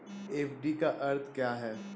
FD का अर्थ क्या है?